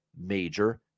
major